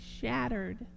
shattered